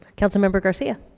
councilmember garcia.